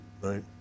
Right